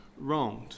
wronged